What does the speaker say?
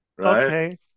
okay